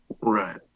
Right